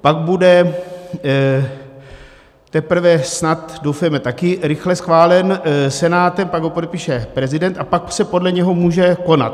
Pak bude teprve snad, doufejme, taky rychle schválen Senátem, pak ho podepíše prezident a pak se podle něho může konat.